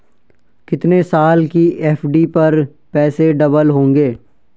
कितने साल की एफ.डी पर पैसे डबल होंगे?